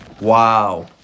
Wow